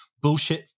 bullshit